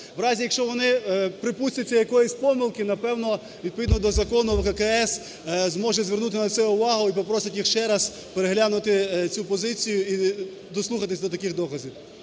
В разі, якщо вони припустяться якоїсь помилки, напевно, відповідно до закону ВККС зможе звернути на це увагу і попросить їх ще раз переглянути цю позицію і дослухатись до таких доказів.